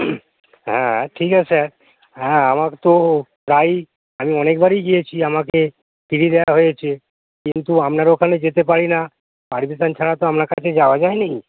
হ্যাঁ ঠিক আছে্য হ্যাঁ আমা তো প্রায় আমি অনেকবারই গিয়েছি আমাকে ফিরিয়ে দেওয়া হয়েছে কিন্তু আপনার ওখানে যেতে পারি না পারমিশন ছাড়া তো আপনার কাছে যাওয়া যায় নি